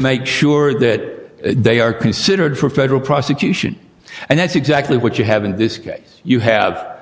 make sure that they are considered for federal prosecution and that's exactly what you have in this case you have